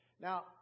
Now